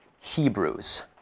Hebrews